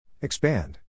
Expand